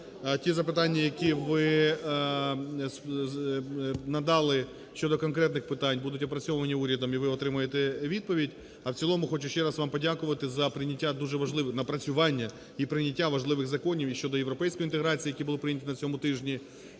Ті запитання, які ви надали щодо конкретних питань, будуть опрацьовані урядом і ви отримаєте відповідь. А в цілому хочу ще раз вам подякувати за прийняття дуже важливих, напрацювання і прийняття важливих законів і щодо європейської інтеграції, які були прийняті на цьому тижні,